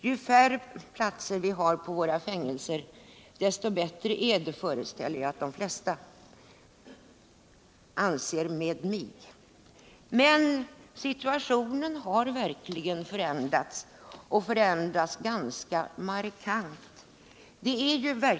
Ju färre platser vi har på våra fängelser, desto bättre är det — föreställer jag mig att de flesta anser. Men situationen har verkligen förändrats ganska markant.